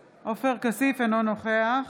כסיף, אינו נוכח